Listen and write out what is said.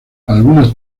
algunas